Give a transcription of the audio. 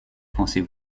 pensez